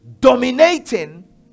Dominating